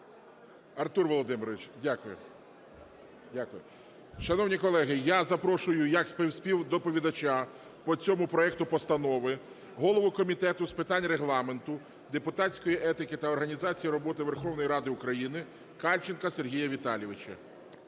Артур Володимирович, дякую. Дякую. Шановні колеги, я запрошую, як співдоповідача по цьому проекту постанови голову Комітету з питань Регламенту, депутатської етики та організації роботи Верховної Ради України Кальченка Сергія Віталійовича.